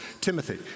Timothy